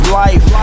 life